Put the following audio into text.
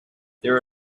there